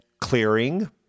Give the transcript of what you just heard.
clearing